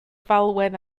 falwen